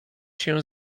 się